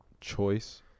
choice